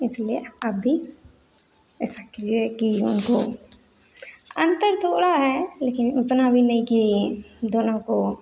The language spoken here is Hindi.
इसलिए अभी ऐसा किए कि उनको अंतर थोड़ा है लेकिन उतना भी नहीं कि दोनों को